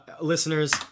listeners